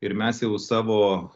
ir mes jau savo